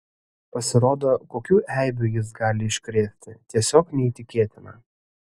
pasirodo kokių eibių jis gali iškrėsti tiesiog neįtikėtina